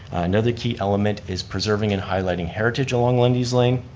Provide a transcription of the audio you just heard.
another key element is preserving and highlighting heritage along lundy's lane.